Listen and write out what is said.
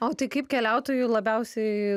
o tai kaip keliautojui labiausiai